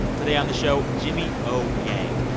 today on the show jimmy o. yang,